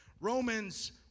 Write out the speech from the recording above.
Romans